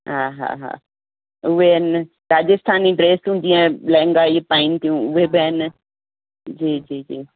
हा हा उहे हिन राजस्थानी ड्रेसूं जीअं लहेंगा इहे पाइनि थियूं उहे बि आहिनि जी जी जी